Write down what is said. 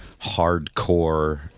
hardcore